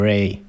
Ray